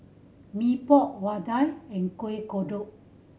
Mee Pok vadai and Kuih Kodok